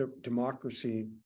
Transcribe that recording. democracy